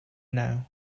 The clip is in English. now